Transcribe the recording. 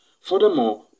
Furthermore